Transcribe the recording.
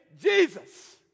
Jesus